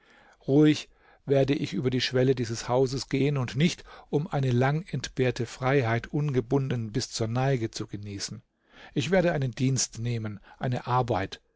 ruhig werde ich über die schwelle dieses hauses gehen und nicht um eine lang entbehrte freiheit ungebunden bis zur neige zu genießen ich werde einen dienst nehmen eine arbeit